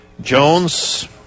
Jones